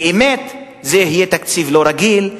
באמת זה יהיה תקציב לא רגיל,